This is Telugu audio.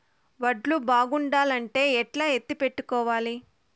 వడ్లు బాగుండాలంటే ఎట్లా ఎత్తిపెట్టుకోవాలి?